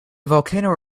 volcano